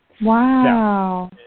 Wow